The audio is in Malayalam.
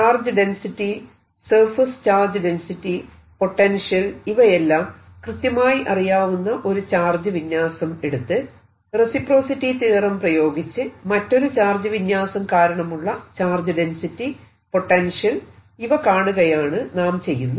charge density surface charge density potential ഇവയെല്ലാം കൃത്യമായി അറിയാവുന്ന ഒരു ചാർജ് വിന്യാസം എടുത്ത് റെസിപ്രോസിറ്റി തിയറം പ്രയോഗിച്ച് മറ്റൊരു ചാർജ് വിന്യാസം കാരണമുള്ള ചാർജ് ഡെൻസിറ്റി പൊട്ടൻഷ്യൽ ഇവ കാണുകയാണ് നാം ചെയ്യുന്നത്